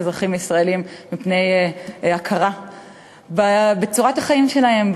אזרחים ישראלים מפני הכרה בצורת החיים שלהם,